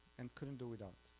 and couldn't do without